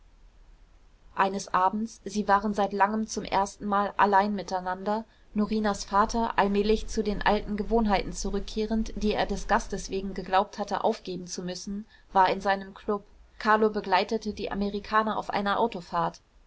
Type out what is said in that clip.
eines abends sie waren seit langem zum erstenmal allein miteinander norinas vater allmählich zu den alten gewohnheiten zurückkehrend die er des gastes wegen geglaubt hatte aufgeben zu müssen war in seinem klub carlo begleitete die amerikaner auf einer autofahrt